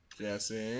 Jesse